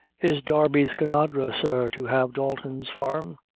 is darby skinadre, sir, to have dalton's farm?